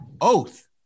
oath